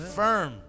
firm